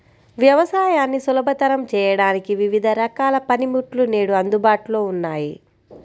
వ్యవసాయాన్ని సులభతరం చేయడానికి వివిధ రకాల పనిముట్లు నేడు అందుబాటులో ఉన్నాయి